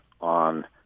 on